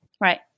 Right